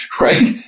right